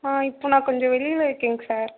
ஆ இப்போ நான் கொஞ்சம் வெளியில் இருக்கேங்க சார்